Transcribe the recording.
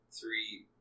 three